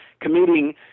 committing –